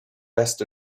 best